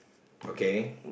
okay